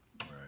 right